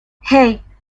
hey